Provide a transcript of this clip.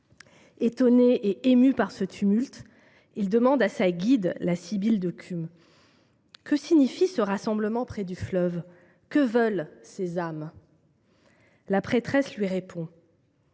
Étonné et ému par ce tumulte, il demande à sa guide, la Sybille de Cumes :« Dis moi, vierge, que signifie ce rassemblement près du fleuve ? Que veulent ces âmes ?» La prêtresse lui répond